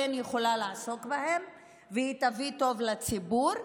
יכולה לעסוק בהן והיא תביא טוב לציבור,